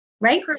right